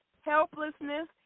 helplessness